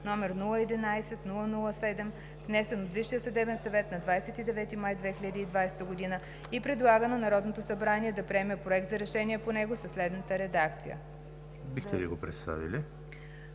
г., № 011-00-7, внесен от Висшия съдебен съвет на 29 май 2020 г. и предлага на Народното събрание да приеме Проект за решение по него със следната редакция: „Проект!